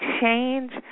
change